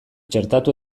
txertatu